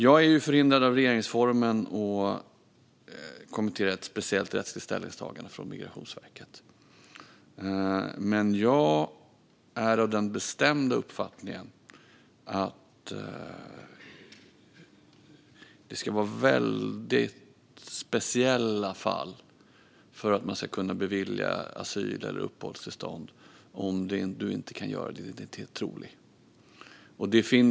Jag är förhindrad av regeringsformen att kommentera ett speciellt rättsligt ställningstagande från Migrationsverket. Men jag är av den bestämda uppfattningen att det ska vara väldigt speciella fall för att man ska kunna bevilja asyl eller uppehållstillstånd för en person som inte kan göra sin identitet trolig.